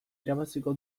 irabaziko